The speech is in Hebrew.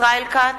ישראל כץ,